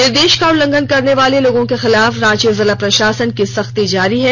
निर्देश का उल्लंघन करने वाले लोगों के खिलाफ रांची ज़िला प्रशासन की सख्ती जारी है